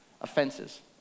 offenses